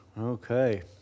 Okay